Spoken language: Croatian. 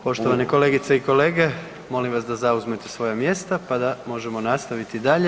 Poštovane kolegice i kolege, molim vas da zauzmete svoja mjesta pa da možemo nastaviti dalje.